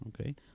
okay